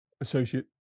associate